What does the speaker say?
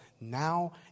now